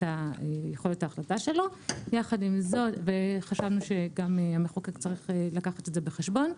יכולת ההחלטה שלו וחשבנו שגם המחוקק צריך לקחת את זה בחשבון,